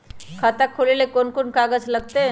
खाता खोले ले कौन कौन कागज लगतै?